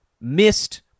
missed